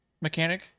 mechanic